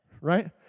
right